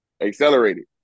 accelerated